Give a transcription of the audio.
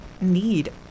need